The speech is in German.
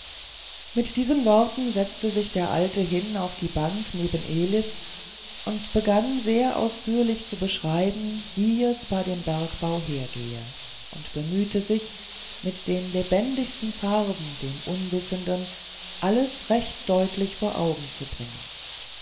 mit diesen worten setzte sich der alte hin auf die bank neben elis und begann sehr ausführlich zu beschreiben wie es bei dem bergbau hergehe und mühte sich mit den lebendigsten farben dem unwissenden alles recht deutlich vor augen zu bringen